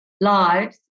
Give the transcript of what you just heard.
lives